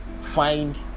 find